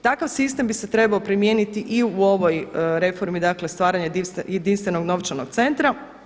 Takav sistem bi se trebao primijeniti i u ovoj reformi, dakle stvaranja jedinstvenog novčanog centra.